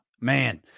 man